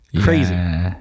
crazy